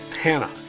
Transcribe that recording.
Hannah